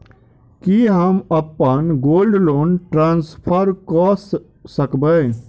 की हम अप्पन gold loan transfer करऽ सकबै?